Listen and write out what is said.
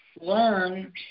learn